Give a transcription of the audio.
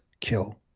kill